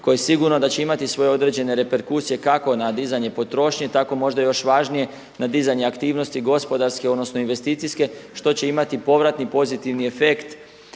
koji sigurno da će imati svoje određene reperkusije kako na dizanje potrošnje tako možda još važnije na dizanje aktivnosti gospodarske odnosno investicijske što će imati povratni pozitivan efekt